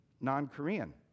non-Korean